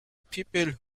people